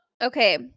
Okay